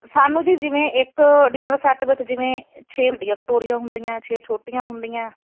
ਸਾਨੂੰ ਜੀ ਜਿਵੇਂ ਇੱਕ ਡਿਨਰ ਸੈੱਟ ਵਿੱਚ ਜਿਵੇਂ ਛੇ ਵੱਡੀਆਂ ਕਟੋਰੀਆ ਹੁੰਦੀਆਂ ਛੇ ਛੋਟੀਆਂ ਹੁੰਦੀਆਂ